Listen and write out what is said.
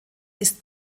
ist